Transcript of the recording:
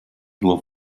nur